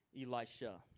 Elisha